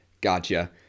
Gotcha